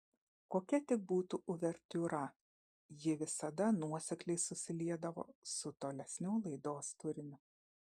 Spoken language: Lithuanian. kokia tik būtų uvertiūra ji visada nuosekliai susiliedavo su tolesniu laidos turiniu